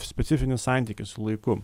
specifinis santykis su laiku